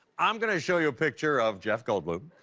i am going to show you a picture of jeff goldblum.